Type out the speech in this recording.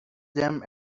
them